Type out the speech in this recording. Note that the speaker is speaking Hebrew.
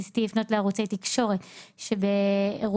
ניסיתי לפנות לערוצי תקשורת שבאירועים